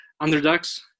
underdogs